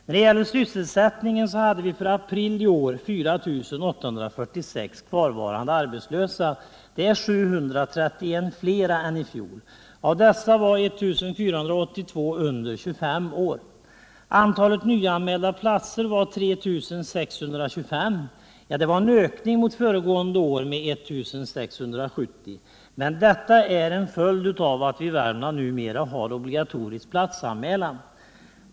När det gäller sysselsättningen hade vi för april i år 4 846 kvarvarande arbetslösa, vilket är 731 fler än i fjol. Av dessa var I 482 under 25 år. Antalet nyanmälda platser var 3 625. Det var en ökning mot föregående år med 1 670, men detta är en följd av att vi i Värmland numera har obligatorisk platsanmälan.